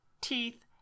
teeth